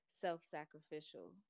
self-sacrificial